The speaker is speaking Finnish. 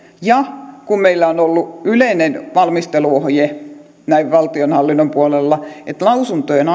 ja kun meillä on ollut yleinen valmisteluohje valtionhallinnon puolella että lausuntojen